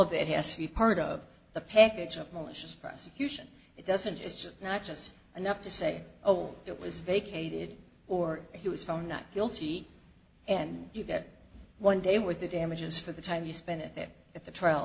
of it has to be part of the package of malicious prosecution it doesn't it's not just enough to say oh it was vacated or he was found not guilty and you get one day with the damages for the time you spent there at the trial